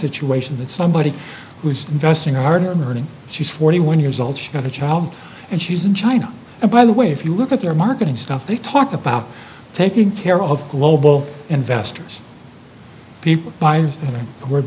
situation that somebody who's investing harder learning she's forty one years old she got a child and she's in china and by the way if you look at their marketing stuff they talk about taking care of global investors people